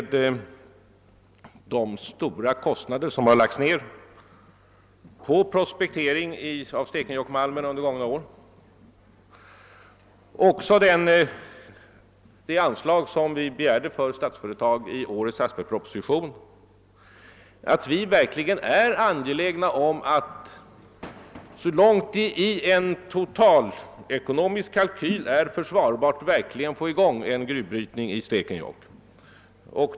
De stora kostnader som lagts ned på prospektering av <Stekenjokkmalmen under många år och de anslag som vi begärde i årets statsverksproposition för Statsföretag AB visar, att vi verkligen är angelägna om att så långt det i en totalekonomisk kalkyl är försvarbart verkligen få i gång en gruvbrytning i Stekenjokk.